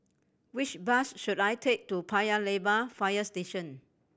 which bus should I take to Paya Lebar Fire Station